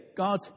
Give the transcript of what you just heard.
God